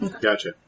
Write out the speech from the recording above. Gotcha